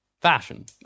fashion